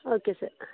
okay sir